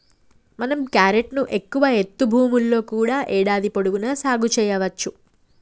మనం క్యారెట్ ను ఎక్కువ ఎత్తు భూముల్లో కూడా ఏడాది పొడవునా సాగు సెయ్యవచ్చు